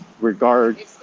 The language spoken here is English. regard